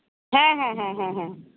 হ্যাঁ হ্যাঁ হ্যাঁ হ্যাঁ হ্যাঁ